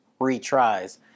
retries